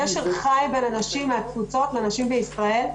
קשר חי בין הנשים מהתפוצות לנשים בישראל.